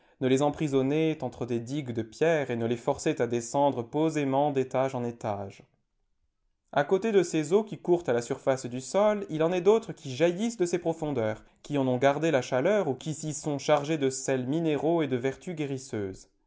ne les emprisonnait entre des digues de pierre et ne les forçait à descendre posément d'étage en étage a côté de ces eaux qui courent à la surface du sol il en est d'autres qui jaillissent de ses profondeurs qui en ont gardé la chaleur ou qui s'y sont chargées de sels minéraux et de vertus guérisseuses